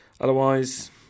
Otherwise